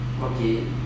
Okay